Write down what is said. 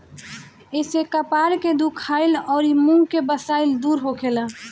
एसे कपार के दुखाइल अउरी मुंह के बसाइल दूर होखेला